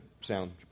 sound